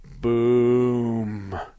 boom